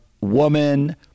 woman